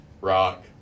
rock